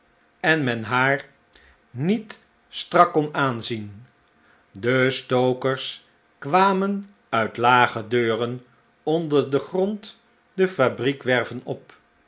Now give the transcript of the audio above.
en men haar niet slechte tijden strak kon aanzien de stokers kwamen uit lage deuren onder den grond de fabriekwerven op